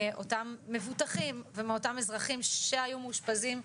מאותם מבוטחים ומאותם אזרחים שהיו מאושפזים,